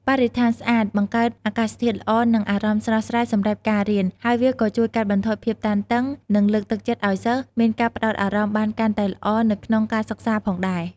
បរិស្ថានស្អាតបង្កើតអាកាសធាតុល្អនឹងអារម្មណ៍ស្រស់ស្រាយសម្រាប់ការរៀន ហើយវាក៏ជួយកាត់បន្ថយភាពតានតឹង និងលើកទឹកចិត្តឲ្យសិស្សមានការផ្ដោតអារម្មណ៍បានកាន់តែល្អនៅក្នុងការសិក្សាផងដែរ។